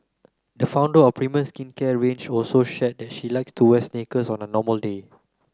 the founder of a premium skincare range also shared that she likes to wear sneakers on a normal day